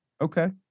Okay